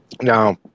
Now